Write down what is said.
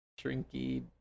Shrinky